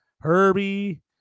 Herbie